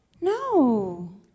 No